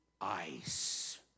ice